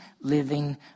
living